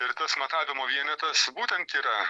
ir tas matavimo vienetas būtent yra